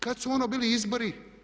Kad su ono bili izbori?